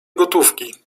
gotówki